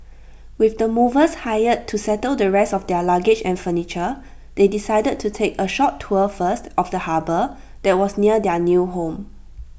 with the movers hired to settle the rest of their luggage and furniture they decided to take A short tour first of the harbour that was near their new home